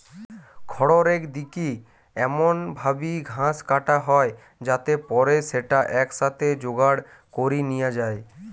খড়রেক দিকি এমন ভাবি ঘাস কাটা হয় যাতে পরে স্যাটা একসাথে জোগাড় করি নিয়া যায়